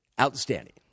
Outstanding